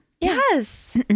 Yes